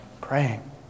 praying